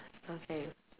okay